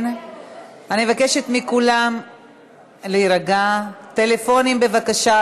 שאני אוכל להצטרף להצעה